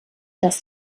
das